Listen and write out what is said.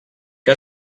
que